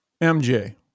MJ